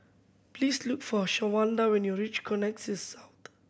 please look for Shawanda when you reach Connexis South